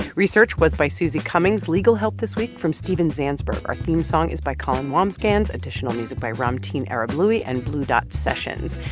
research was by susie cummings, legal help this week from steven zansberg. our theme song is by colin wambsgans, additional music by ramtin arablouei and blue dot sessions.